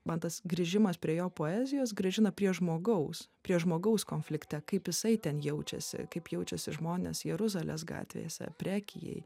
man tas grįžimas prie jo poezijos grąžina prie žmogaus prie žmogaus konflikte kaip jisai ten jaučiasi kaip jaučiasi žmonės jeruzalės gatvėse prekijėj